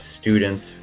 students